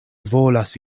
volas